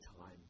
time